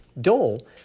Dole